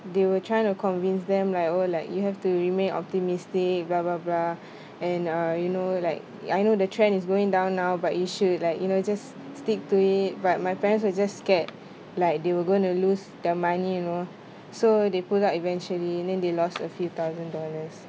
they were trying to convince them like oh like you have to remain optimistic blah blah blah and uh you know like I know the trend is going down now but you should like you know you just stick to it right my friends were just scared like they were gonna lose their money you know so they pulled out eventually then they lost a few thousand dollars